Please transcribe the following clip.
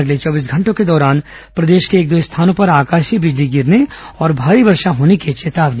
अगले चौबीस घंटों के दौरान प्रदेश के एक दो स्थानों पर आकाशीय बिजली गिरने और भारी वर्षा होने की चेतावनी